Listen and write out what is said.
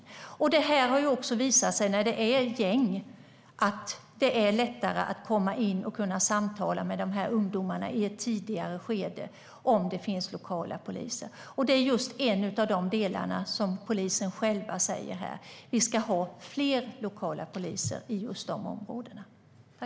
När det gäller gäng har det också visat sig att det är lättare att komma in och kunna samtala med ungdomarna i ett tidigare skede om det finns lokala poliser, och det är en av de delar där polisen själv säger att vi ska ha fler lokala poliser i just de områdena.